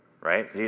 right